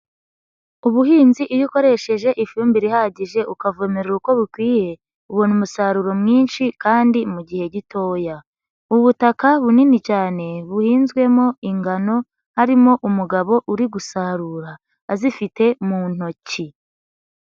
Ubuhinzi iyo ukoresheje ifumbire ihagije ukavomera uko bikwiye ubona umusaruro mwinshi kandi mu gihe gitoya, ubutaka bunini cyane buhinzwemo ingano harimo umugabo uri gusarura azifite mu ntoki.